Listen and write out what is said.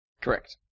Correct